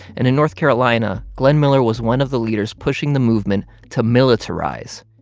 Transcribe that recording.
and in north carolina, glenn miller was one of the leaders pushing the movement to militarize.